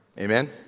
Amen